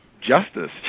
Justice